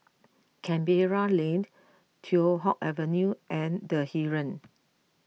Canberra Lane Teow Hock Avenue and the Heeren